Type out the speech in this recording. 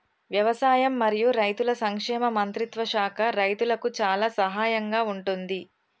వ్యవసాయం మరియు రైతుల సంక్షేమ మంత్రిత్వ శాఖ రైతులకు చాలా సహాయం గా ఉంటుంది